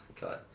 God